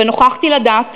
ונוכחתי לדעת